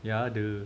ya !duh!